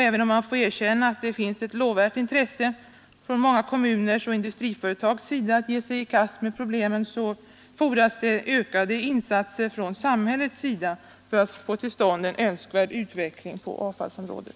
Även om man får erkänna att det finns ett lovvärt intresse hos många kommuner och industriföretag att ge sig i kast med problemen så fordras det ökade insatser från samhällets sida för att få till stånd en önskvärd utveckling på avfallsområdet.